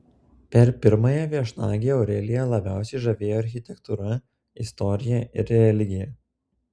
per pirmąją viešnagę aureliją labiausiai žavėjo architektūra istorija ir religija